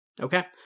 Okay